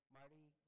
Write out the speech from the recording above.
Marty